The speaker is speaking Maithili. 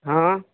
हँ